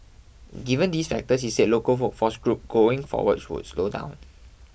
given these factors he said local workforce growth going forward would slow down